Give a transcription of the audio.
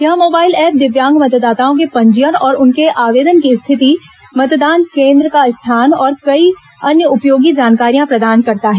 यह mobile app दिव्यांग मतदाताओं के पंजीयन और उनके आवेदन की स्थिति मतदान केन्द्र का स्थान और कई अन्य उपयोगी जानकारियां प्रदान करता है